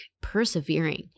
persevering